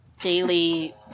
daily